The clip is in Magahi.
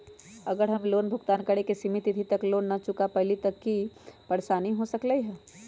अगर हम लोन भुगतान करे के सिमित तिथि तक लोन न चुका पईली त की की परेशानी हो सकलई ह?